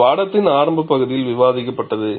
இது பாடத்தின் ஆரம்ப பகுதியில் விவாதிக்கப்பட்டது